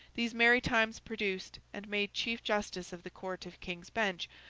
these merry times produced, and made chief justice of the court of king's bench,